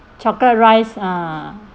chocolate rice ah